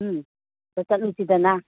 ꯎꯝ ꯑꯗ ꯆꯠꯂꯨꯁꯤꯗꯅ